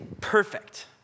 perfect